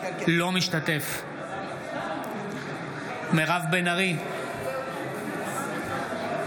אינו משתתף בהצבעה מירב בן ארי,